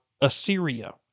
Assyria